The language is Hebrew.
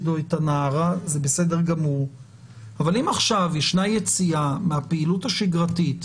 שלהם וזה בסדר גמור אבל אם עכשיו יש יציאה מהפעילות השגרתית